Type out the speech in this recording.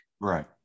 Right